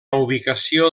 ubicació